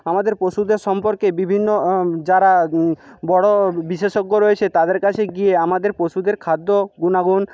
আমাদের পশুদের সম্পর্কে বিভিন্ন যারা বড়ো বিশেষজ্ঞ রয়েছে তাদের কাছে গিয়ে আমাদের পশুদের খাদ্য গুণাগুণ